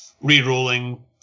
re-rolling